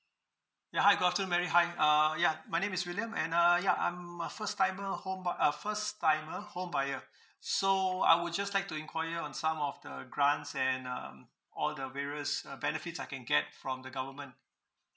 ya hi good afternoon mary hi uh yeah my name is william and uh ya I'm a first timer home bu~ uh first timer home buyer so I would just like to inquire on some of the grants and um all the various uh benefits I can get from the government